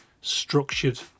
structured